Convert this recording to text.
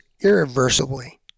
irreversibly